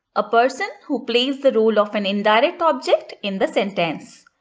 a person who plays the role of an indirect object in the sentence.